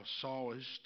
sawest